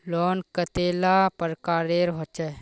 Loan कतेला प्रकारेर होचे?